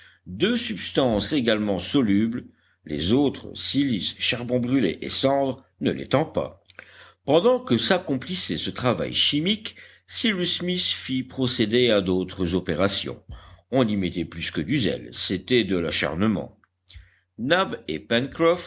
deux substances également solubles les autres silice charbon brûlé et cendres ne l'étant pas pendant que s'accomplissait ce travail chimique cyrus smith fit procéder à d'autres opérations on y mettait plus que du zèle c'était de l'acharnement nab et